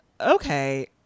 okay